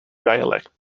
dialect